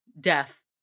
death